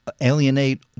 alienate